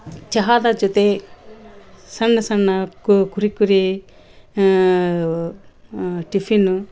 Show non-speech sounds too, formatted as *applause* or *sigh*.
ಚಹಾದ ಜೊತೆ ಸಣ್ಣ ಸಣ್ಣ ಕುರಿ ಕುರಿ *unintelligible* ಟಿಫಿನ್ನು